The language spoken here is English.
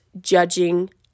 judging